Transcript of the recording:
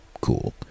cool